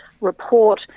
report